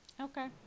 okay